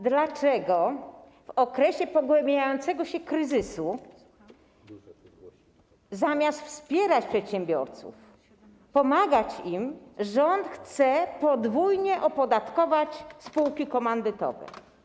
Dlaczego w okresie pogłębiającego się kryzysu zamiast wspierać przedsiębiorców, pomagać im, rząd chce podwójnie opodatkować spółki komandytowe?